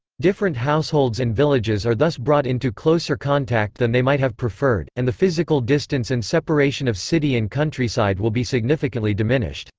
different households and villages are thus brought into closer contact than they might have preferred, and the physical distance and separation of city and countryside will be significantly diminished.